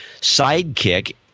sidekick